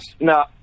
No